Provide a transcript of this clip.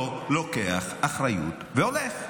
לא לוקח אחריות והולך?